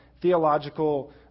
theological